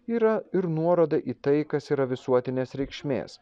yra ir nuoroda į tai kas yra visuotinės reikšmės